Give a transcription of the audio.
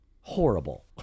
horrible